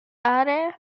aree